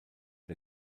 der